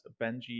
Benji